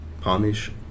punish